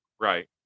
Right